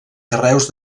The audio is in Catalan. carreus